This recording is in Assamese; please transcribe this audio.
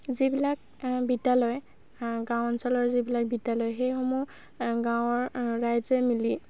যিবিলাক বিদ্যালয় গাঁও অঞ্চলৰ যিবিলাক বিদ্যালয় সেইসমূহ গাঁৱৰ ৰাইজে মিলি